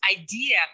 idea